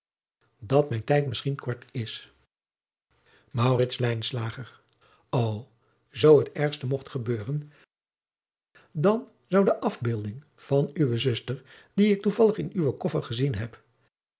dat mijn tijd misschien kort is maurits lijnslager o zoo het ergste mogt gebeuren dan zou de afbeelding van uwe zuster die ik toevallig in uwen koffer gezien heb